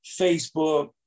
Facebook